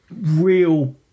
real